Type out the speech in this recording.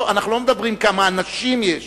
אנחנו לא שואלים כמה אנשים יש.